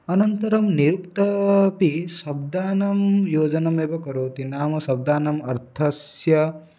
अनन्तरं निरुक्तमपि शब्दानां योजनमेव करोति नाम शब्दानाम् अर्थस्य